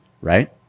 right